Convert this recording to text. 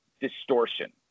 distortion